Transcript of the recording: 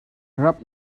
rap